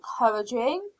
Encouraging